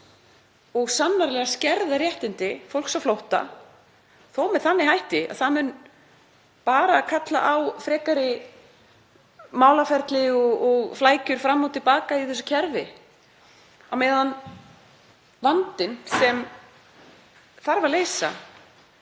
og sannarlega skerða réttindi fólks á flótta, þó með þeim hætti að það mun bara kalla á frekari málaferli og flækjur fram og til baka í þessu kerfi á meðan vandinn sem þarf að leysa